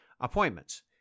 appointments